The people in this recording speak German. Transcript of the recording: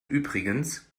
übrigens